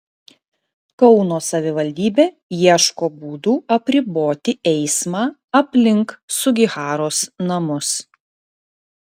kauno savivaldybė ieško būdų apriboti eismą aplink sugiharos namus